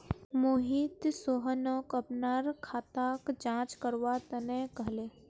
मोहित सोहनक अपनार खाताक जांच करवा तने कहले